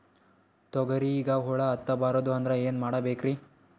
ತೊಗರಿಗ ಹುಳ ಹತ್ತಬಾರದು ಅಂದ್ರ ಏನ್ ಮಾಡಬೇಕ್ರಿ?